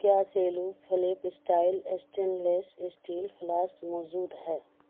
کیا Cello flip style stainless steel flask موجود ہے